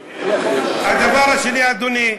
אדוני,